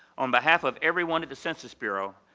on behalf of everyone at the census bureau,